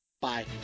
bye